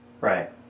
Right